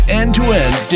end-to-end